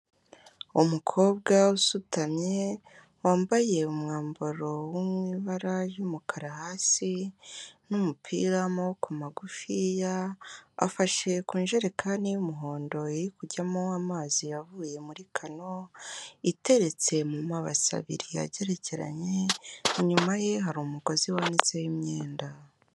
Umukobwa usutamye, wambaye umwambaro wo mu ibara ry'umukara hasi, n'umupira w'amaboko magufiya, afashe ku ijerekani y'umuhondo iri kujyamo amazi avuye muri kano, iteretse mu mabasi abiri agerekeranye, inyuma ye hari umugozi wanitseho imyenda.